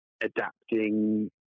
adapting